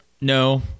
No